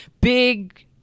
big